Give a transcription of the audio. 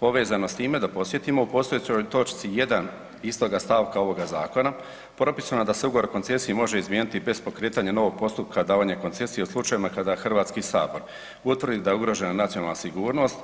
Povezano s time, da podsjetimo, u postojećoj točci 1. istoga stavka ovoga zakona propisano je da se ugovor o koncesiji može izmijeniti bez pokretanja novog postupka davanje koncesije u slučajevima kada HS utvrdi da je ugrožena nacionalna sigurnost